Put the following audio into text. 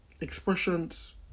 expressions